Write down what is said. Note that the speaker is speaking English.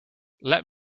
let